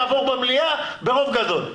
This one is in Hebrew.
יעבור במליאה ברוב גדול.